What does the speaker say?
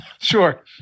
Sure